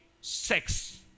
sex